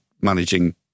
managing